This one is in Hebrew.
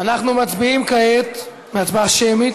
אנחנו מצביעים כעת בהצבעה שמית,